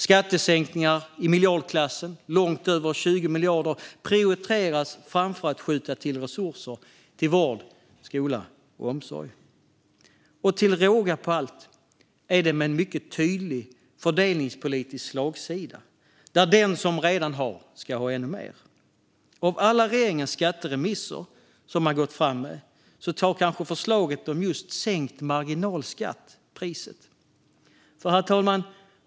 Skattesänkningar långt över 20 miljarder prioriteras framför att skjuta till resurser till vård, skola och omsorg. Till råga på allt är det med en mycket tydlig fördelningspolitisk slagsida där den som redan har ska ha ännu mer. Av alla regeringens skatteremisser tar kanske förslaget om sänkt marginalskatt priset.